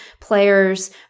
players